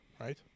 Right